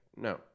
No